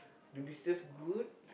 to be just good